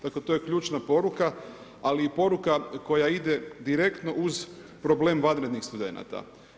Dakle to je ključna poruka, ali i poruka koja ide direktno uz problem vanrednih studenta.